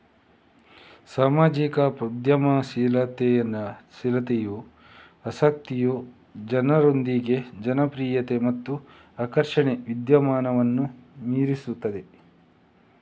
ಸಾಮಾಜಿಕ ಉದ್ಯಮಶೀಲತೆಯ ಆಸಕ್ತಿಯು ಜನರೊಂದಿಗೆ ಜನಪ್ರಿಯತೆ ಮತ್ತು ಆಕರ್ಷಣೆಯ ವಿದ್ಯಮಾನವನ್ನು ಮೀರಿಸುತ್ತದೆ